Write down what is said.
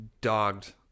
dogged